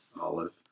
Olive